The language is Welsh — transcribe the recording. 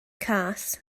cas